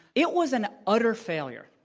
it was an utter failure.